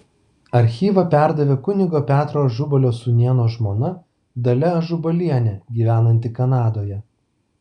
archyvą perdavė kunigo petro ažubalio sūnėno žmona dalia ažubalienė gyvenanti kanadoje